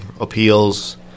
appeals